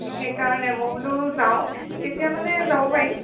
সেই কাৰণে মই বোলো যাওঁ কেতিয়া মানে যাব পাৰিম